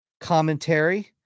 commentary